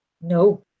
No